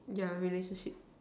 their relationship